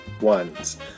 ones